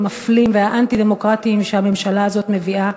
המפלים והאנטי-דמוקרטיים שהממשלה הזאת מביאה,